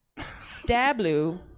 stablu